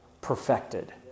perfected